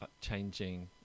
changing